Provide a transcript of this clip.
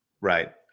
Right